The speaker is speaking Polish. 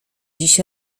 dziś